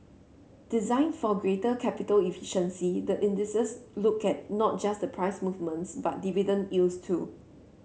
designed for greater capital efficiency the indices look at not just the price movements but dividend yields too